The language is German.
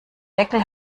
deckel